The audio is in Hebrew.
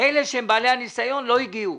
אלה שהם בעלי הניסיון לא הגיעו.